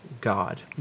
God